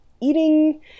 eating